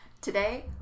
Today